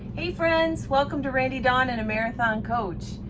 hey friends, welcome to randy don in a marathon coach.